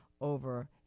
over